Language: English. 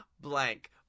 blank